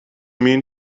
mean